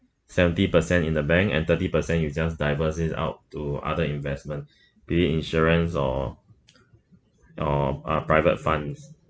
seventy percent in the bank and thirty percent you just diverse it out to other investment be it insurance or uh private funds